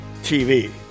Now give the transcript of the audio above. TV